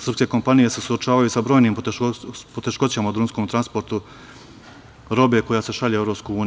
Srpske kompanije se suočavaju sa brojnim poteškoćama u drumskom transportu robe koja se šalje u EU.